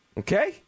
Okay